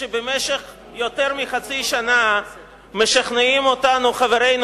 כשבמשך יותר מחצי שנה משכנעים אותנו חברינו